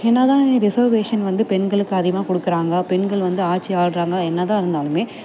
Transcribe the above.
என்ன தான் ரிசெர்வேஷன் வந்து பெண்களுக்கு அதிகமாக கொடுக்குறாங்க பெண்கள் வந்து ஆட்சி ஆள்கிறாங்க என்ன தான் இருந்தாலும்